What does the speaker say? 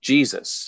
Jesus